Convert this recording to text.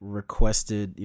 requested